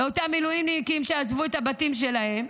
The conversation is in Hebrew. אותם מילואימניקים שעזבו את הבתים שלהם,